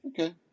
Okay